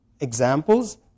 examples